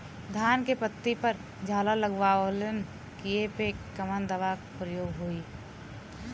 धान के पत्ती पर झाला लगववलन कियेपे कवन दवा प्रयोग होई?